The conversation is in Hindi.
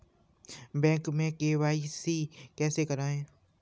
बैंक में के.वाई.सी कैसे करायें?